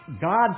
God